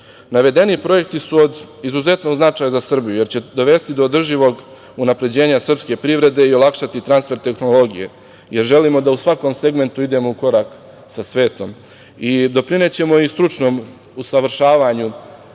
Navedeni projekti su od izuzetno značaja za Srbiju jer će dovesti do održivog unapređenja srpske privrede i olakšati transfer tehnologije jer želimo da u svakom segmentu idemo u korak sa svetom. Doprinećemo i stručnom usavršavanju